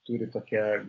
turi tokią